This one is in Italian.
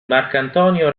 marcantonio